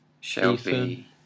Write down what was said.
Shelby